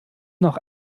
noch